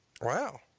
Wow